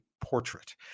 portrait